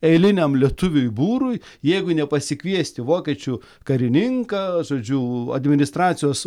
eiliniam lietuviui būrui jeigu ne pasikviesti vokiečių karininką žodžiu administracijos